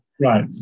Right